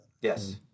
Yes